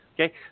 Okay